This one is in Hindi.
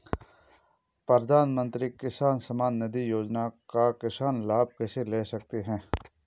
प्रधानमंत्री किसान सम्मान निधि योजना का किसान लाभ कैसे ले सकते हैं?